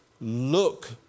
look